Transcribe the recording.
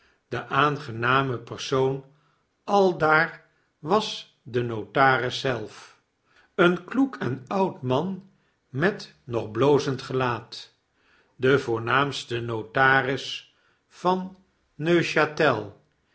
de aangename persoon aldaar was de notaris zelf een kloek en oud man met nog blozendgelaat devoornaamste notaris van n